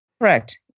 Correct